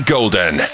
Golden